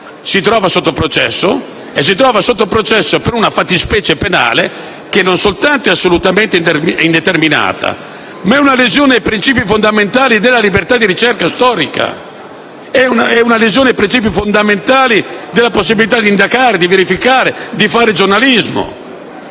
la persona viene denunciata e si trova sotto processo per una fattispecie penale che non soltanto è assolutamente indeterminata, ma è anche una lesione dei principi fondamentali della libertà di ricerca storica, è una lesione ai principi fondamentali della possibilità di indagare, di verificare e di fare giornalismo.